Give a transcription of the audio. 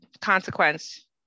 consequence